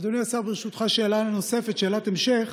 אדוני השר, ברשותך, שאלה נוספת, שאלת המשך.